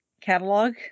catalog